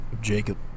Jacob